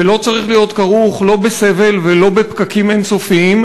ולא צריך להיות כרוך לא בסבל ולא בפקקים אין-סופיים,